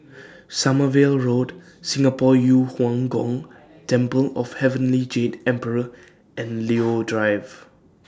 Sommerville Road Singapore Yu Huang Gong Temple of Heavenly Jade Emperor and Leo Drive